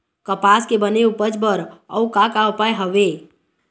कपास के बने उपज बर अउ का का उपाय हवे?